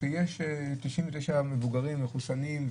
וכשיש 99 מבוגרים מחוסנים,